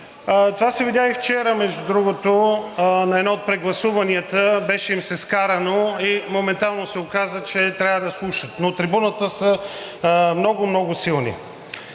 Това се видя и вчера, между другото, на едно от прегласуванията им се скараха и моментално се оказа, че трябва да слушат, но от трибуната са много, много силни.